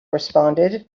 responded